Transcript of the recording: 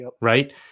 right